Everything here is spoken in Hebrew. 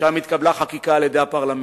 ושם התקבלה חקיקה על-ידי הפרלמנט.